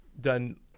done